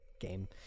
Game